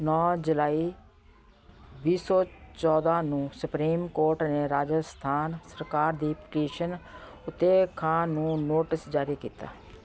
ਨੌਂ ਜੁਲਾਈ ਵੀਹ ਸੌ ਚੌਦ੍ਹਾਂ ਨੂੰ ਸੁਪਰੀਮ ਕੋਰਟ ਨੇ ਰਾਜਸਥਾਨ ਸਰਕਾਰ ਦੀ ਪਟੀਸ਼ਨ ਉੱਤੇ ਖਾਨ ਨੂੰ ਨੋਟਿਸ ਜਾਰੀ ਕੀਤਾ